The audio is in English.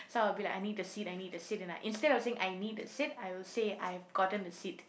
so I'll be like I need a seat I need a seat instead of I need a seat I would say I've gotten a seat